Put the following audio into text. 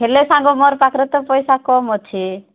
ହେଲେ ସାଙ୍ଗ ମୋର୍ ପାଖରେ ତ ପଇସା କମ୍ ଅଛି